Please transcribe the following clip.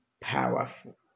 powerful